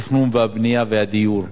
התכנון והבנייה והדיור.